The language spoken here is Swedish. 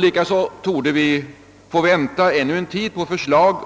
Likaså torde vi få vänta ännu en tid på förslag